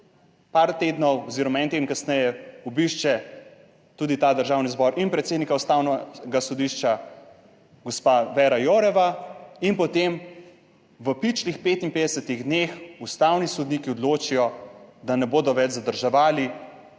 par tednov oziroma en teden kasneje obišče tudi ta Državni zbor in predsednika Ustavnega sodišča gospa Věra Jourová in potem v pičlih 55 dneh ustavni sodniki odločijo, da ne bodo več zadrževali